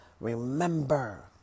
remember